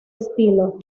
estilo